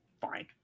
fine